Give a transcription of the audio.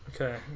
Okay